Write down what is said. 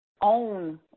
own